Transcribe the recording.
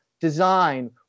design